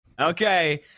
Okay